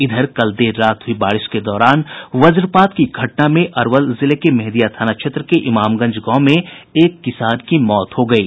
इधर कल देर रात हुयी बारिश के दौरान वज्रपात की घटना में अरवल जिले के मेंहदिया थाना क्षेत्र के इमामगंज गांव में एक किसान की मौत हो गयी